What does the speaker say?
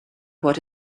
what